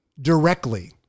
directly